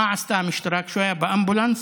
מה עשתה המשטרה כשהוא היה באמבולנס?